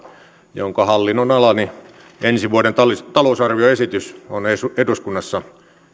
jonka hallinnonalani ensi vuoden talousarvioesitys on eduskunnassa